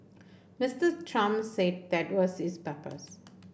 Mister Trump said that was his purpose